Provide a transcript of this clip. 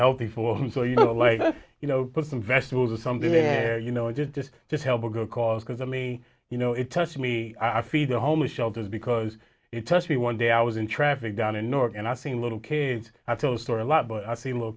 unhealthy for them so you know like you know put some vegetables or something you know and just just just help a good cause because i mean you know it touched me i feed the homeless shelters because it touched me one day i was in traffic down in new york and i seen little kids i tell the story a lot but i see little